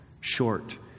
short